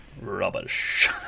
rubbish